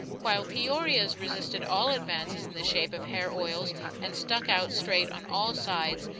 while peoria's resisted all advances in the shape of hair oils and stuck out straight on all sides,